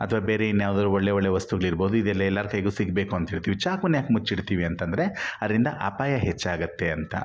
ಅಥವಾ ಬೇರೆ ಇನ್ಯಾವ್ದಾದ್ರೂ ಒಳ್ಳೆ ಒಳ್ಳೆ ವಸ್ತುಗಳಿರ್ಬೋದು ಇದೆಲ್ಲ ಎಲ್ಲರ ಕೈಗೂ ಸಿಗಬೇಕು ಅಂತ ಇಡ್ತೀವಿ ಚಾಕೂನ ಯಾಕೆ ಮುಚ್ಚಿಡ್ತೀವಿ ಅಂತಂದರೆ ಅದರಿಂದ ಅಪಾಯ ಹೆಚ್ಚಾಗುತ್ತೆ ಅಂತ